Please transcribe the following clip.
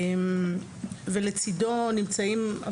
לצדו נמצאים עותקים,